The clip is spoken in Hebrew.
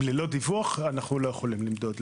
ללא דיווח אנו לא יכולים למדוד.